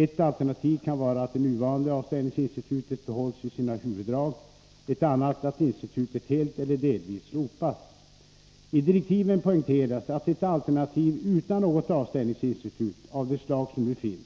Ett alternativ kan vara att det nuvarande avställningsinstitutet behålls i sina huvuddrag, ett annat att institutet helt eller delvis slopas. I direktiven poängteras att ett alternativ utan något avställningsinstitut av det slag som nu finns